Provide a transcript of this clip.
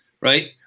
Right